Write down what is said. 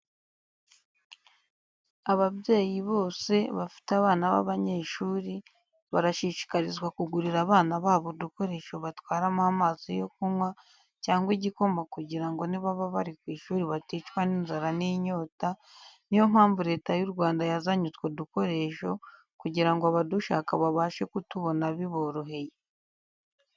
Ababyeyi bose bafite abana b'abanyeshuri barashishikarizwa kugurira abana babo udukoresho batwaramo amazi yo kunywa cyangwa igikoma kugira ngo nibaba bari ku ishuri baticwa n'inzara n'inyota, ni yo mpamvu Leta y'u Rwanda yazanye utwo dukoresho kugira ngo abadushaka babashe kutubona biboroheye.